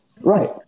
Right